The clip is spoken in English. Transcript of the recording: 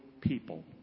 people